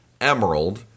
Emerald